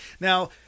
now